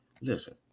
Listen